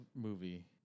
movie